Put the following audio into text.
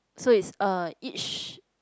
so it's uh each